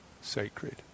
sacred